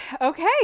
Okay